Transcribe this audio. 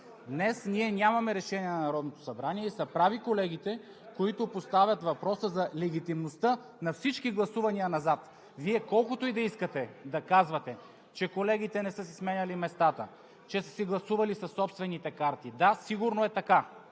Днес ние нямаме решение на Народното събрание и са прави колегите, които поставят въпроса за легитимността на всички гласувания назад! Вие колкото и да искате да казвате, че колегите не са си сменяли местата, че са гласували със собствените си карти – да, сигурно е така,